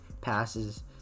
passes